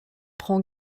prend